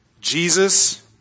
Jesus